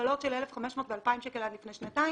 קבלות של 1,500 ו-2,000 שקלים עד לפני שנתיים.